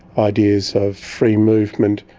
ideas of free movement,